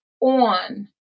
on